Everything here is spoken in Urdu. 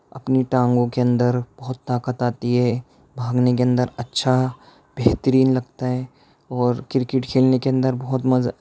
اپنی ٹانگوں کے اندر بہت طاقت آتی ہے بھاگنے کے اندر اچھا بہترین لگتا ہے اور کرکٹ کھیلنے کے اندر بہت مزہ